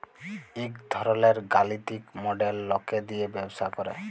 ইক ধরলের গালিতিক মডেল লকে দিয়ে ব্যবসা করে